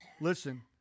listen